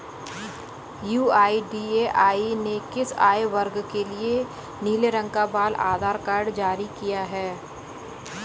UIDAI ने किस आयु वर्ग के लिए नीले रंग का बाल आधार कार्ड जारी किया है?